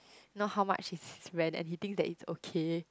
you know how much is his rent and he thinks it's okay